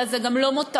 אלא זה גם לא מותרות.